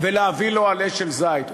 ולהביא לו עלה של זית.